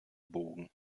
bogen